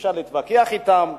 אפשר להתווכח אתם,